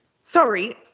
sorry